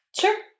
Sure